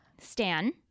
Stan